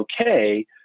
okay